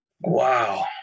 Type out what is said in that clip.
Wow